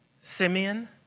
Simeon